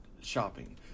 shopping